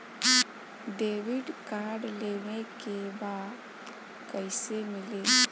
Debit card लेवे के बा कईसे मिली?